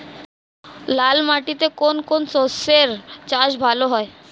লাল মাটিতে কোন কোন শস্যের চাষ ভালো হয়?